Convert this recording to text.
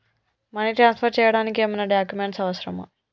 Money transfer చేయడానికి ఏమైనా documents అవసరమా?